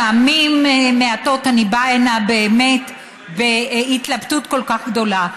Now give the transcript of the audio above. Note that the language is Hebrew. פעמים מעטות אני באה הנה באמת בהתלבטות כל כך גדולה.